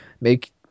make